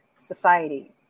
society